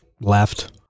left